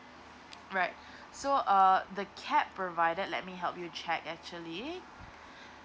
right so uh the cap provided let me help you check actually